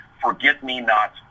Forget-Me-Not